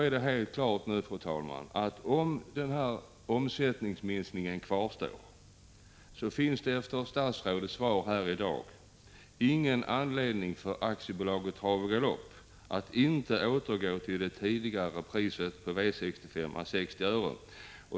Efter statsrådets svar här i dag är det helt klart att om denna omsättningsminskning kvarstår finns det ingen anledning för Aktiebolaget Trav och Galopp att inte återgå till det tidigare priset på V 65 å 60 öre.